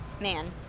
man